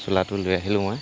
চোলাটো লৈ আহিলোঁ মই